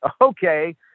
Okay